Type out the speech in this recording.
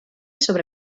sobre